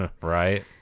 Right